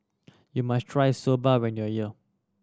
you must try Soba when you are here